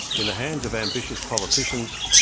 in the hands of ambitious politicians,